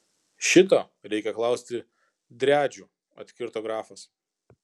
šito reikia klausti driadžių atkirto grafas